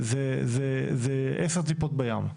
זה עשר טיפות בים.